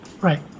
Right